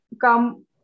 come